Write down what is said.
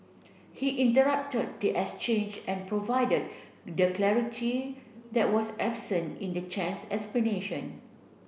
he interrupted the exchange and provided the clarity that was absent in the Chen's explanation